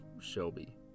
Shelby